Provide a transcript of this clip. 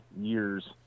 years